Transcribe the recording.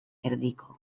erdiko